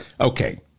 Okay